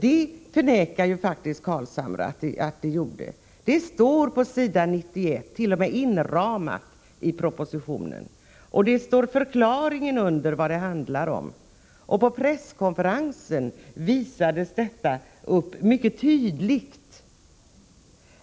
Även Nils ”Carlshamre förnekar faktiskt att så skedde. På s. 91 i propositionen kan man läsa om detta — det är t.o.m. inramat. Under finns det också en förklaring vad det handlar om. På presskonferensen visades det här mycket tydligt.